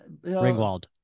Ringwald